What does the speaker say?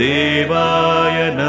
Devaya